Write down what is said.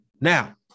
Now